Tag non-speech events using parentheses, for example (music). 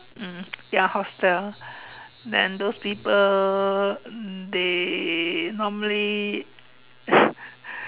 mm ya hostel then those people they normally (breath)